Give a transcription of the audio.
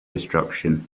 destruction